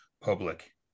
public